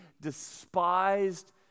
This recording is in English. despised